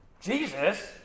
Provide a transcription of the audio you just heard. Jesus